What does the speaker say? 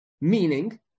Meaning